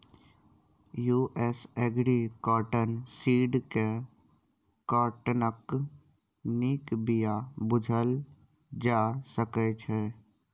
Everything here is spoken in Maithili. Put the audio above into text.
यु.एस एग्री कॉटन सीड केँ काँटनक नीक बीया बुझल जा सकै छै